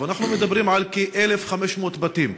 ואנחנו מדברים על כ-1,500 בתים,